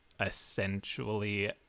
essentially